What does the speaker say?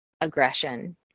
aggression